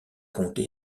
comté